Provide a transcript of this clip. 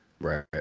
Right